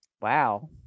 Wow